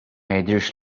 jidhirx